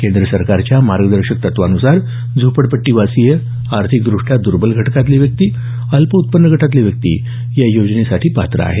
केंद्र सरकारच्या मार्गदर्शक तत्वान्सार झोपडपट्टीवासीय आर्थिकदृष्ट्या दर्बल घटकातील व्यक्ती अल्प उत्पन्न गटातील व्यक्ती या योजनेखाली पात्र आहेत